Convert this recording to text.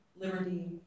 liberty